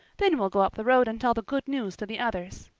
then we'll go up the road and tell the good news to the others.